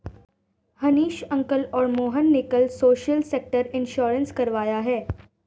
Hanish uncle और मोहन ने कल सोशल सेक्टर इंश्योरेंस करवाया है